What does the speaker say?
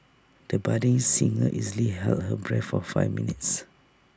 the budding singer easily held her breath for five minutes